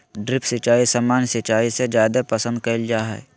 drip सिंचाई सामान्य सिंचाई से जादे पसंद कईल जा हई